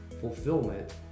fulfillment